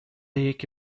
یکی